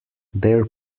their